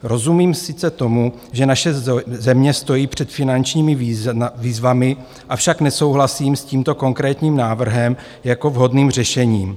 Rozumím sice tomu, že naše země stojí před finančními výzvami, avšak nesouhlasím s tímto konkrétním návrhem jako vhodným řešením.